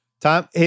Tom